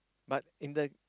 but in the